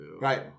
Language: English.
Right